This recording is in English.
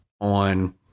on